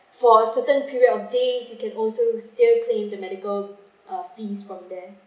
for a certain period of days you can also still claim the medical uh fees from there